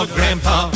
Grandpa